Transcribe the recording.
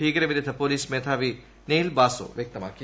ഭീകര വിരുദ്ധ പൊലീസ് മേധാവി നെയിൽ ബാസു വ്യക്തമാക്കി